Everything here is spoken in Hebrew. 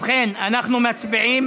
ובכן, אנחנו מצביעים